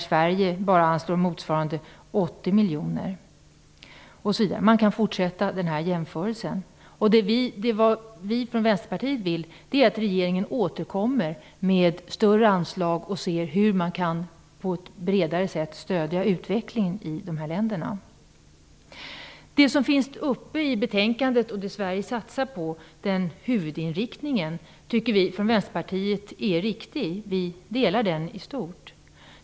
Sverige anslår bara motsvarande 80 miljoner kronor osv. Så här kan man fortsätta med jämförelser. Vad vi i Vänsterpartiet vill är att regeringen återkommer med större anslag och ser hur man bredare kan stödja utvecklingen i de här länderna. Den huvudinriktning som tas upp i betänkandet och som Sverige satsar på tycker vi i Vänsterpartiet är riktig. I stort ansluter vi oss till den.